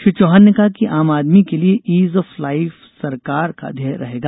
श्री चौहान ने कहा कि आम आदमी के लिए ईज ऑफ लाइफ सरकार का ध्येय रहेगा